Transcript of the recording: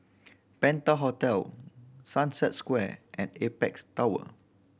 Penta Hotel Sunset Square and Apex Tower